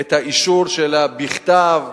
את האישור בכתב,